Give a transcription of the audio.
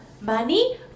money